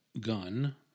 gun